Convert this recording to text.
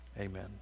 Amen